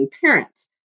parents